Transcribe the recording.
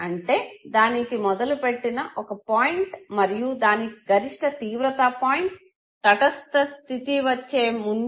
అంటే దానికి మొదలు పెట్టె ఒక పాయింట్ మరియు దానికి గరిష్ట తీవ్రత పాయింట్ తటస్థ స్థితికి వచ్చే ముందు